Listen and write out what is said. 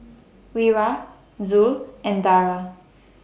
Wira Zul and Dara